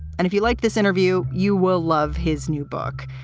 and if you like this interview, you will love his new book.